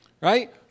right